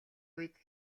үед